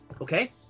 Okay